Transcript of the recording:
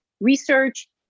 research